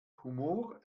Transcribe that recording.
humor